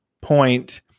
point